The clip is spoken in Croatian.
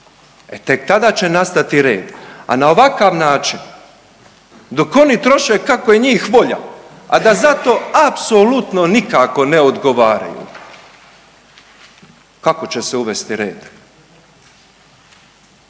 E tek tada će nastati red, a na ovakav način dok oni troše kako je njih volja, a da za to apsolutno nikako ne odgovaraju kako će se uvesti red.